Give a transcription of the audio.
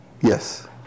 Yes